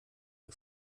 ihr